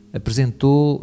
apresentou